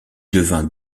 devint